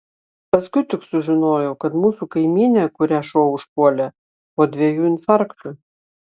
paskui tik sužinojau kad mūsų kaimynė kurią šuo užpuolė po dviejų infarktų